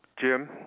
Jim